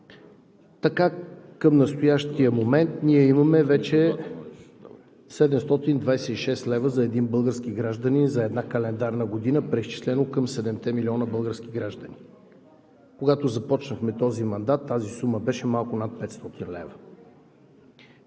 Така към настоящия момент ние имаме вече 726 лв. за един български гражданин за една календарна година, преизчислено към 7-те милиона български граждани. Когато започнахме този мандат, тази сума беше малко над 500 лв.